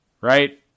Right